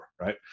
right